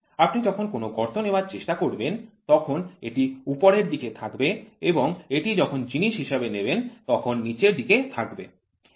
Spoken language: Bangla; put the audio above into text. আপনি যখন কোনও গর্ত নেওয়ার চেষ্টা করবেন তখন এটি উপরের দিকে থাকবে এবং এটি যখন জিনিস হিসাবে নেবেন তখন নীচের দিকে থাকবে